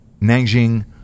Nanjing